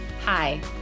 Hi